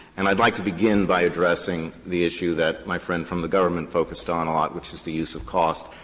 and i'd like to begin by addressing the issue that my friend from the government focused on a lot, which is the use of cost,